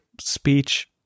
speech